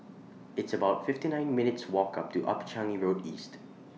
It's about fifty nine minutes Walk up to Upper Changi Road East